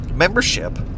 Membership